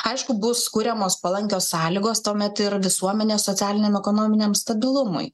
aišku bus kuriamos palankios sąlygos tuomet ir visuomenės socialiniam ekonominiam stabilumui